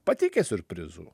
pateikė siurprizų